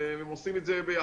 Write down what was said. והם עושים את זה ביחד.